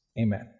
Amen